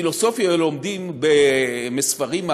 פילוסופיה לומדים מספרים,